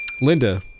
Linda